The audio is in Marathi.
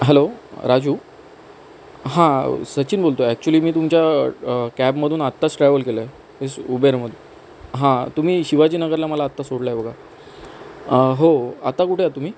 हॅलो राजू हां सचिन बोलतो आहे ॲक्च्युली मी तुमच्या कॅबमधून आताच ट्रॅवल केलं आहे मीन्स उबेरमधून हां तुम्ही शिवाजी नगरला मला आता सोडलं आहे बघा हो आता कुठे आहात तुम्ही